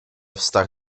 vztah